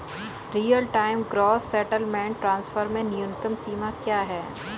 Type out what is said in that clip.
Real time gross settlement transfer में न्यूनतम सीमा क्या है?